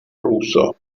ruso